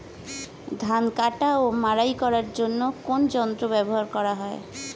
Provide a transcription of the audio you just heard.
ধান কাটা ও মাড়াই করার জন্য কোন যন্ত্র ব্যবহার করা হয়?